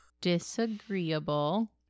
disagreeable